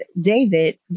David